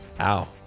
ow